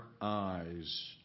eyes